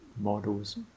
models